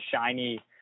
shiny